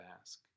ask